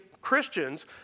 Christians